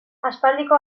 aspaldiko